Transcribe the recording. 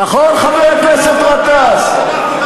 נכון, חבר הכנסת גטאס?